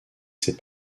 ses